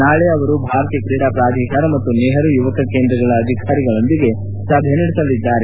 ನಾಳೆ ಅವರು ಭಾರತೀಯ ತ್ರೀಡಾ ಪ್ರಾಧಿಕಾರ ಮತ್ತು ನೆಹರು ಯುವಕ ಕೇಂದ್ರದ ಅಧಿಕಾರಿಗಳೊಂದಿಗೆ ಸಭೆ ನಡೆಸಲಿದ್ದಾರೆ